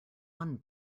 one